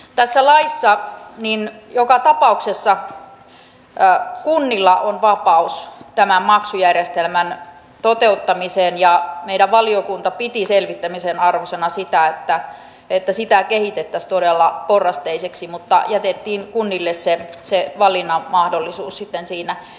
tässä laissa joka tapauksessa kunnilla on vapaus tämän maksujärjestelmän toteuttamiseen ja meidän valiokunta piti selvittämisen arvoisena sitä että sitä kehitettäisiin todella porrasteiseksi mutta jätettiin kunnille se valinnan mahdollisuus sitten siinä